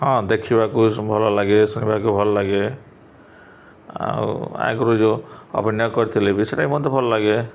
ହଁ ଦେଖିବାକୁ ଭଲ ଲାଗେ ଶୁଣିବାକୁ ଭଲ ଲାଗେ ଆଉ ଆଗରୁ ଯେଉଁ ଅଭିନୟ କରିଥିଲେ ବି ସେଇଟା ମୋତେ ଭଲ ଲାଗେ